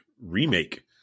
remake